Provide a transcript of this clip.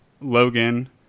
Logan